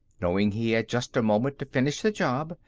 knowing he had just a moment to finish the job,